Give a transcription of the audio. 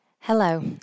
Hello